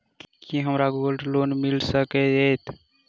की हमरा gold loan मिल सकैत ये?